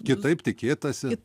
kitaip tikėtasi